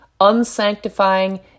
unsanctifying